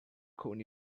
con